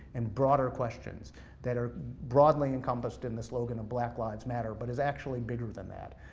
and broader questions that are broadly encompassed in the slogan of black lives matter, but is actually bigger than that.